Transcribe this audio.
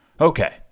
Okay